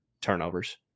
turnovers